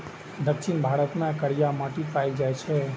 दक्षिण भारत मे करिया माटि पाएल जाइ छै